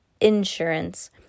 insurance